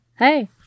Hey